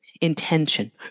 Intention